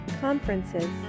conferences